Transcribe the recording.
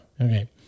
Okay